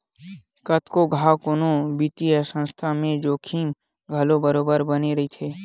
कतको घांव कोनो बित्तीय संस्था ल जोखिम घलो बरोबर बने रहिथे